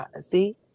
See